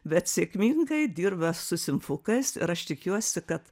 bet sėkmingai dirba su simfukais ir aš tikiuosi kad